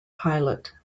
pilot